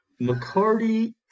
McCarty